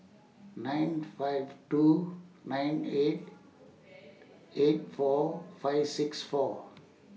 nine five two nine eight eight four five six four